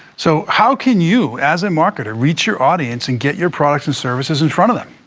so how can you as a marketer reach your audience and get your products and services in front of them?